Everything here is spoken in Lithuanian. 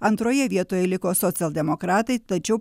antroje vietoje liko socialdemokratai tačiau